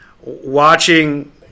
watching